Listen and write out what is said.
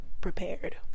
prepared